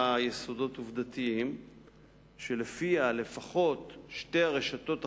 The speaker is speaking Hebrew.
יסודות עובדתיים שלפיה לפחות שתי הרשתות החרדיות,